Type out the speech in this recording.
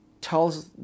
tells